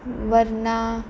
Verna